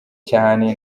cane